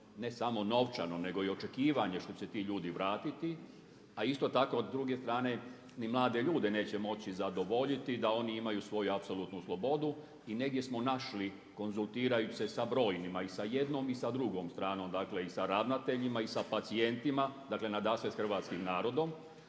ne samo novčano nego i očekivanje što će se ti ljudi vratiti, a isto tako s druge strane ni mlade ljude neće moći zadovoljiti da oni imaju svoju apsolutnu slobodu. I negdje smo našli konzultirajući se sa brojnima i sa jednom i sa drugom stranom, dakle i sa ravnateljima i sa pacijentima, dakle nadasve sa hrvatskim narodom